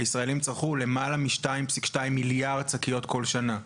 הישראלים צרכו למעלה מ-2.2 מיליארד שקיות כל שנה,